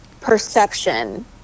perception